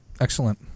Excellent